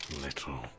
little